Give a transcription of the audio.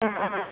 ആ ആ